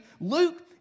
Luke